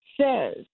says